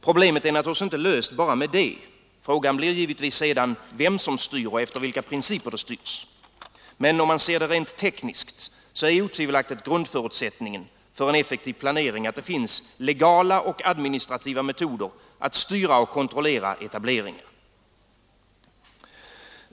Problemet är naturligtvis inte löst bara med det — frågan blir givetvis sedan vem som styr och efter vilka principer det styrs. Men om man ser det rent tekniskt är grundförutsättningen för en effektiv planering att det finns legala och administrativa metoder att styra och kontrollera etableringar.